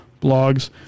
blogs